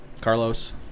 Carlos